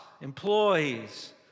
employees